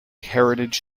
heritage